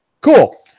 Cool